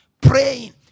praying